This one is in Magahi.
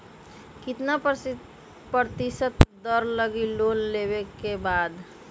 कितना प्रतिशत दर लगी लोन लेबे के बाद?